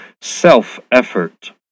self-effort